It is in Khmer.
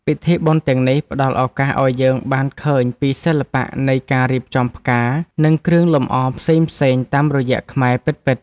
ពិធីបុណ្យទាំងនេះផ្តល់ឱកាសឱ្យយើងបានឃើញពីសិល្បៈនៃការរៀបចំផ្កា និងគ្រឿងលម្អផ្សេងៗតាមរបៀបខ្មែរពិតៗ។